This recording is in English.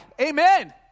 amen